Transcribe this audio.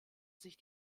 sich